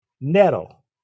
Nettle